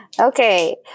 Okay